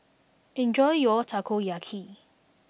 enjoy your Takoyaki